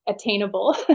attainable